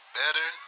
better